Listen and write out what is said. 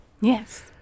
Yes